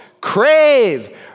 crave